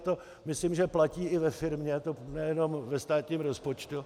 To myslím, že platí i ve firmě, nejenom ve státním rozpočtu.